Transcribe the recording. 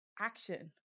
action